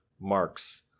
marks